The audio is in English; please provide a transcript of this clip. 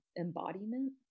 embodiment